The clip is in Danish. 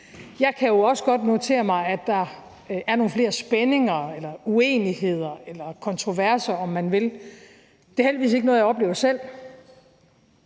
Jeg kan også notere mig, at der er nogle flere spændinger eller uenigheder eller kontroverser, om man vil. Det er heldigvis ikke noget, jeg oplever selv,